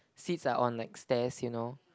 seats are on like stairs you know